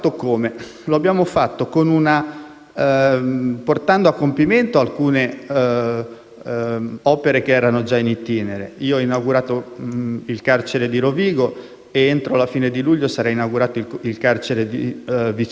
portando a compimento alcune opere che erano già *in itinere*. Ho inaugurato il carcere di Rovigo ed entro la fine di luglio sarà inaugurato il carcere di Vicenza.